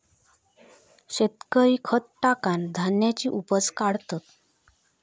शेतकरी खत टाकान धान्याची उपज काढतत